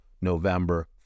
November